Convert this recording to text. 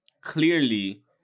clearly